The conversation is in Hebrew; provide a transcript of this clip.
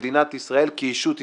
כמדינת ישראל, כישות ישראלית.